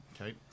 Okay